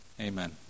Amen